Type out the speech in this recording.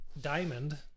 diamond